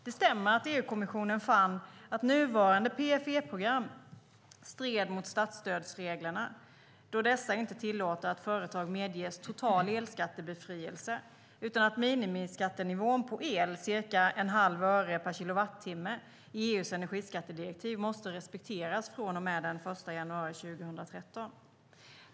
Det stämmer att EU-kommissionen fann att nuvarande PFE-program stred mot statsstödsreglerna, då dessa inte tillåter att företag medges total elskattebefrielse, utan att minimiskattenivån på el, ca 0,5 öre per kilowattimme, i EU:s energiskattedirektiv måste respekteras från och med den 1 januari 2013.